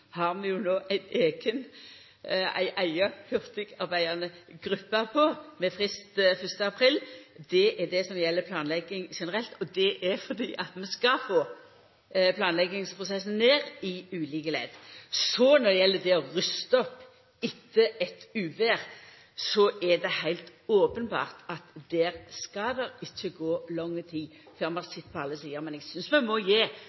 har vi no ei eiga hurtigarbeidande gruppe med frist 1. april. Det er det som gjeld planlegging generelt, og det er fordi vi skal få planleggingsprosessen ned i ulike ledd. Når det så gjeld det å rusta opp etter eit uvêr, er det heilt openbert at der skal det ikkje gå lang tid før vi har sett på alle sider. Men eg synest vi må